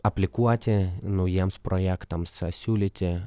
aplikuoti naujiems projektams siūlyti